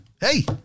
hey